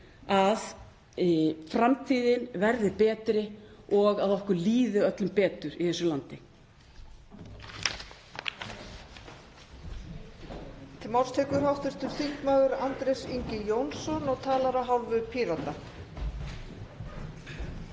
að framtíðin verði betri og svo að okkur líði öllum betur í þessu landi.